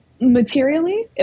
materially